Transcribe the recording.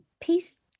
Peace